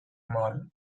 mall